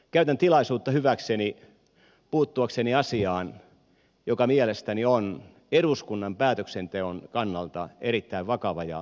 käytän tilaisuutta hyväkseni puuttuakseni asiaan joka mielestäni on eduskunnan päätöksenteon kannalta erittäin vakava ja merkittävä kysymys